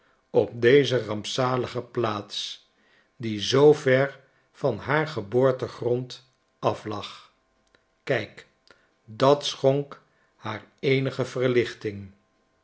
op deze rampzalige plaats die zoo ver van haar geboortegrond af lag kijk dat schonk haar eenige verlichting